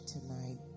tonight